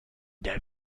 der